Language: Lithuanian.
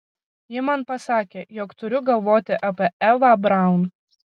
ji man pasakė jog turiu galvoti apie evą braun